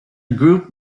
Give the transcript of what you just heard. group